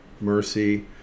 Mercy